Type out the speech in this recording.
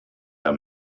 herr